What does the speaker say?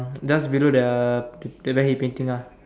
just below the ta~ table he painting ah